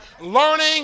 learning